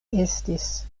estis